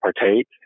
partake